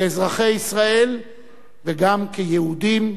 כאזרחי ישראל וגם כיהודים,